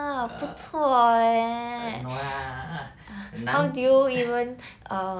err no lah 南